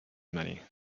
many